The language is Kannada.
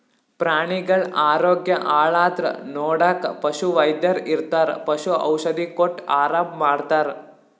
ಪ್ರಾಣಿಗಳ್ ಆರೋಗ್ಯ ಹಾಳಾದ್ರ್ ನೋಡಕ್ಕ್ ಪಶುವೈದ್ಯರ್ ಇರ್ತರ್ ಪಶು ಔಷಧಿ ಕೊಟ್ಟ್ ಆರಾಮ್ ಮಾಡ್ತರ್